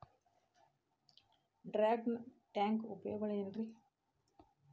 Dragon tank ಉಪಯೋಗಗಳೆನ್ರಿ?